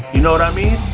you know what i mean?